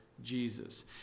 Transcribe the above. Jesus